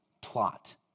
plot